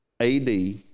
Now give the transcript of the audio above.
AD